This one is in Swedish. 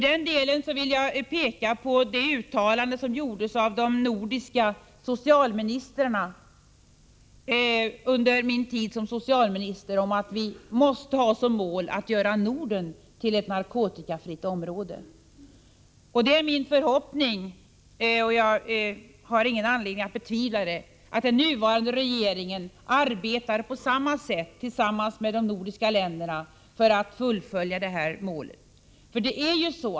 Jag vill peka på det uttalande som gjordes av de nordiska socialministrarna under min tid såsom socialminister om att vi måste ha såsom mål att göra Norden till ett narkotikafritt område. Min förhoppning är — och jag har ingen anledning att betvivla det — att den nuvarande regeringen arbetar på samma sätt tillsammans med de nordiska länderna för att fullfölja detta mål.